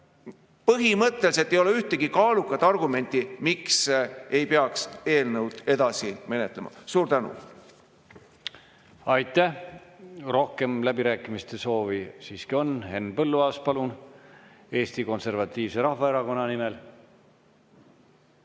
põhimõtteliselt ei ole ühtegi kaalukat argumenti, miks ei peaks seda eelnõu edasi menetlema. Suur tänu! Aitäh! Rohkem läbirääkimiste soovi ... Siiski on. Henn Põlluaas, palun, Eesti Konservatiivse Rahvaerakonna nimel!